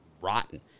rotten